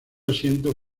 asiento